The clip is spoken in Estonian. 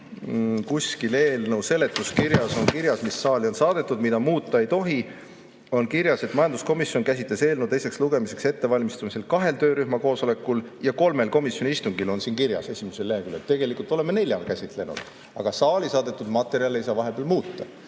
kuskil eelnõu seletuskirjas, mis saali on saadetud ja mida muuta ei tohi, on kirjas, et majanduskomisjon käsitles eelnõu teiseks lugemiseks ettevalmistamisel kahel töörühma koosolekul ja kolmel komisjoni istungil. Nii on siin esimesel leheküljel kirjas. Tegelikult oleme nelja käsitlenud, aga saali saadetud materjale ei saa vahepeal muuta.